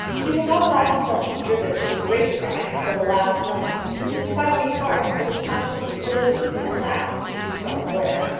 he will not allow himself to be driven to the great crime till the last moment. it is quite on the cards that his conscience will even at last be too strong for it.